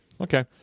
Okay